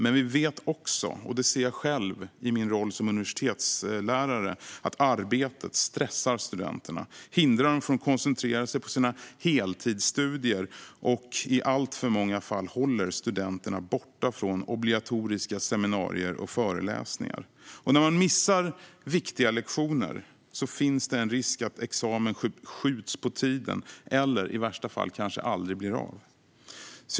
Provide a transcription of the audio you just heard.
Men vi vet också - det ser jag i min roll som universitetslärare - att arbetet stressar studenterna, hindrar dem från att koncentrera sig på sina heltidsstudier och i alltför många fall håller dem borta från obligatoriska seminarier och föreläsningar. När studenter missar viktiga lektioner finns det en risk att examen skjuts fram i tiden eller, i värsta fall, kanske aldrig blir av.